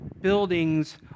buildings